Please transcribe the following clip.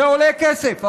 זה עולה כסף,